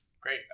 Great